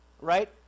right